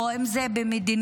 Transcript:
ואם זה במדיניות,